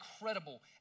incredible